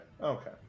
Okay